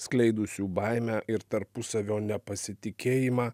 skleidusių baimę ir tarpusavio nepasitikėjimą